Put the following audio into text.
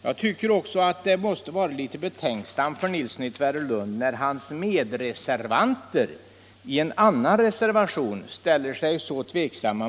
Jag tycker också att det måste kännas litet betänksamt för herr Nilsson i Tvärålund att hans medreservanter i en annan reservation ställer sig tveksamma.